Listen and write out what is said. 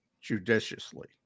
judiciously